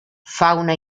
fauna